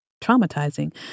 traumatizing